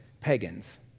pagans